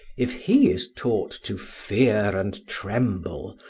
if he is taught to fear and tremble,